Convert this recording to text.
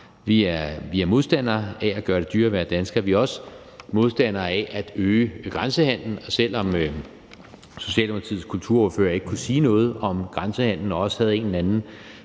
Vi er modstandere af at gøre det dyrere at være dansker, og vi er også modstandere af at øge grænsehandelen. Selv om Socialdemokratiets kulturordfører ikke kunne sige noget om grænsehandelen og også havde en eller anden